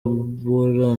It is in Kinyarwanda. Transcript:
bora